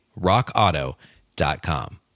RockAuto.com